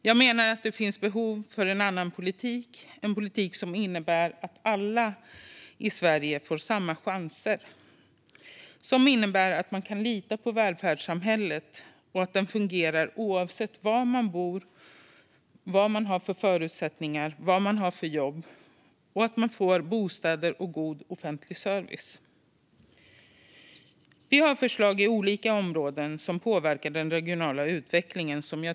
Jag menar att det finns behov av en annan politik, en politik som innebär att alla i Sverige får samma chanser och att man kan lita på att välfärdssamhället fungerar och att man får bostäder och god offentlig service oavsett var man bor, vad man har för förutsättningar och vad man har för jobb. Vi har förslag som jag tänkte nämna här på olika områden som påverkar den regionala utvecklingen.